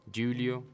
Giulio